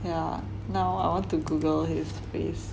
yeah now I want to google his face